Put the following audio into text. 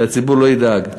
שהציבור לא ידאג.